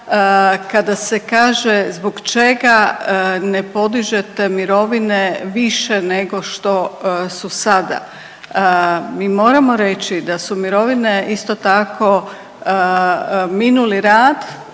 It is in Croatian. kada se kaže zbog čega ne podižete mirovine više nego što su sada. Mi moramo reći da su mirovine isto tako minuli rad